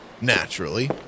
Naturally